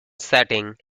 setting